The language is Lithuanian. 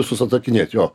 visus atsakinėt jo